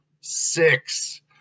six